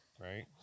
Right